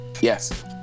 Yes